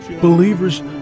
believers